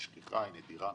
היא שכיחה, היא נדירה?